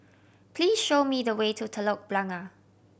please show me the way to Telok Blangah